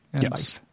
Yes